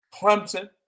Clemson